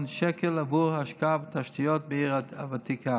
שקלים עבור השקעה בתשתיות בעיר הוותיקה.